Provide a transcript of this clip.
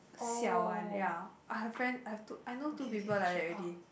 siao [one] ya I have friend I have two I know two people like that already